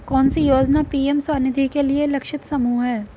कौन सी योजना पी.एम स्वानिधि के लिए लक्षित समूह है?